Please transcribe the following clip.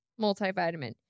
multivitamin